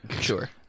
Sure